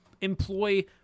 employ